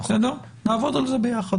נעבוד על זה ביחד.